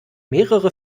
mehrere